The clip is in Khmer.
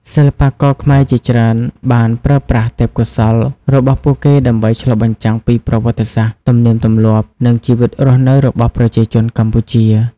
សិល្បករខ្មែរជាច្រើនបានប្រើប្រាស់ទេពកោសល្យរបស់ពួកគេដើម្បីឆ្លុះបញ្ចាំងពីប្រវត្តិសាស្ត្រ ទំនៀមទម្លាប់ និងជីវិតរស់នៅរបស់ប្រជាជនកម្ពុជា។